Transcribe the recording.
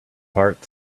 parts